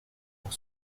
pour